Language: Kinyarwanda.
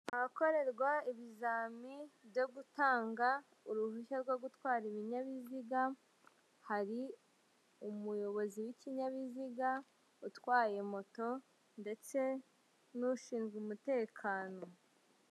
Ahakorerwa ibizami byo gutanga uruhushya rwo gutwara ibinyabiziga, hari umuyobozi w'ikinyabiziga utwaye moto ndetse n'ushinzwe umutekano.